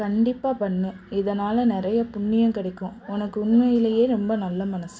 கண்டிப்பாக பண்ணு இதனால் நிறைய புண்ணியம் கிடைக்கும் உனக்கு உண்மையிலேயே ரொம்ப நல்ல மனசு